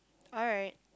alright